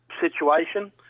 situation